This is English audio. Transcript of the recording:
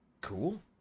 Cool